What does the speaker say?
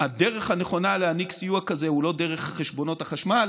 הדרך הנכונה להעניק סיוע כזה היא לא דרך חשבונות החשמל